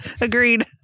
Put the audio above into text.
agreed